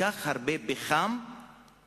ראיתי שלושה שרועים על הספות.